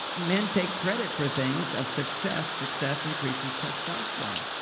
men take credit for things of success. success increases testosterone.